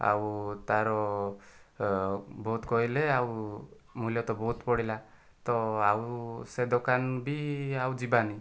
ଆଉ ତାର ବହୁତ କହିଲେ ଆଉ ମୂଲ୍ୟ ତ ବହୁତ ପଡ଼ିଲା ତ ଆଉ ସେ ଦୋକାନ ବି ଆଉ ଯିବାନି